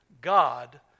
God